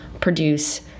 produce